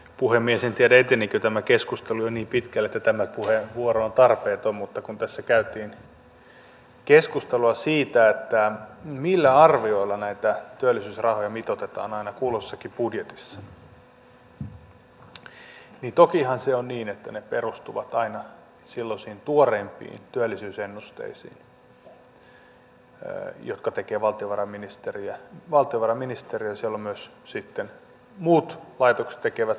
en tiedä etenikö tämä keskustelu jo niin pitkälle että tämä puheenvuoro on tarpeeton mutta kun tässä käytiin keskustelua siitä millä arvioilla näitä työllisyysrahoja mitoitetaan aina kulloisessakin budjetissa niin tokihan se on niin että ne perustuvat aina silloisiin tuoreimpiin työllisyysennusteisiin jotka tekee valtiovarainministeriö ja siellä myös sitten muut laitokset tekevät suomen pankki ja niin edelleen